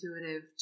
intuitive